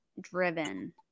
driven